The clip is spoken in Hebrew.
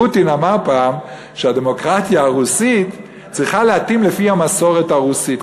פוטין אמר פעם שהדמוקרטיה הרוסית צריכה להתאים למסורת הרוסית.